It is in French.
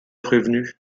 prévenus